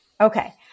Okay